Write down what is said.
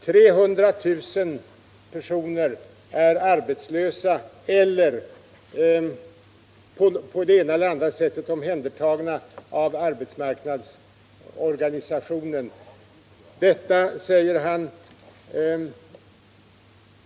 300 000 personer är arbetslösa eller på det ena eller andra sättet omhändertagna av arbetsmarknadsorganisationen, säger Thage Peterson.